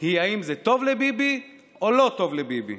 הוא אם זה טוב לביבי או לא טוב לביבי.